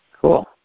Cool